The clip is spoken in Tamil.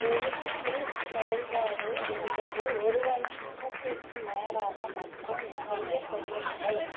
வெறுப்பு செயல்பாடு என்பது ஒருவரின் முகத்திற்கு நேராக மட்டும் செய்யப்படுவதில்லை